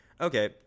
okay